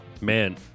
Man